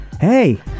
Hey